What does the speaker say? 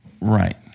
Right